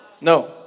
No